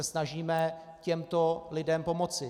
Snažíme se těmto lidem pomoci.